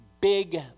big